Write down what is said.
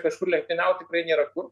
kažkur lenktyniaut tikrai nėra kur